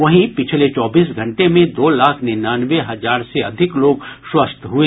वहीं पिछले चौबीस घंटे में दो लाख निन्यानवे हजार से अधिक लोग स्वस्थ हुए